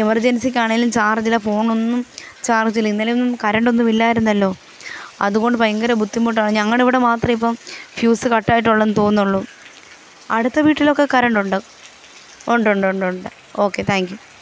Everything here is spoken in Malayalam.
എമർജൻസിക്കാണെലും ചാർജില്ല ഫോണൊന്നും ചാർജില്ല ഇന്നലേയും ഒന്നും കരണ്ട് ഒന്നും ഇല്ലായിരുന്നല്ലോ അതുകൊണ്ട് ഭയങ്കര ബുദ്ധിമുട്ടാണ് ഞങ്ങളുടെ ഇവിടെ മാത്രമെ ഇപ്പം ഫ്യൂസ് കട്ട് ആയിട്ടുള്ളു എന്ന് തോന്നുന്നുള്ളൂ അടുത്ത വീട്ടിലൊക്ക കരണ്ട് ഉണ്ട് ഉണ്ട് ഉണ്ട് ഉണ്ട് ഉണ്ട് ഓക്കേ താങ്ക്യൂ